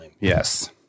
Yes